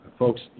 folks